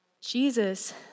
Jesus